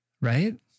Right